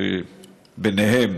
וביניהם